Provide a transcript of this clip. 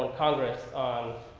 congress on